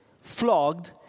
flogged